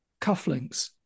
cufflinks